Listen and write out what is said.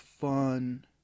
fun